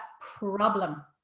problem